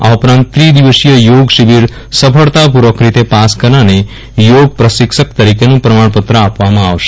આ ઉપરાંત ત્રિદિવસીય યોગશિબિર સફળતા પુર્વક રીતે પાસ કરનારને યોગપ્રશિક્ષક તરીકેનું પ્રમાણપત્ર આપવામાં આવશે